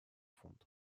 фонд